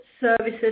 services